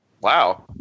wow